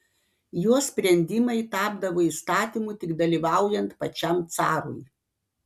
jo sprendimai tapdavo įstatymu tik dalyvaujant pačiam carui